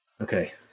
okay